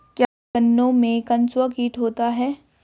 क्या गन्नों में कंसुआ कीट होता है?